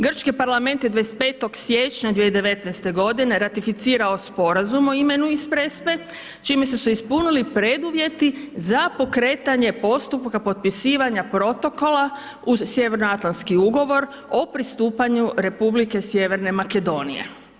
Grčki parlament je 25. siječnja 2019. godine ratificirao sporazum o imenu iz Prespe čime su se ispunili preduvjeti za pokretanje postupka potpisivanja protokola uz Sjevernoatlanski ugovor o pristupanju Republike Sjeverne Makedonije.